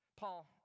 Paul